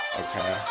okay